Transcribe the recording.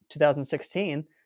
2016